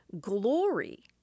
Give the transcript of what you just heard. Glory